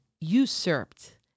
usurped